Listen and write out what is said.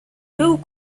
był